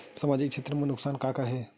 सामाजिक क्षेत्र के नुकसान का का हे?